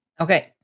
Okay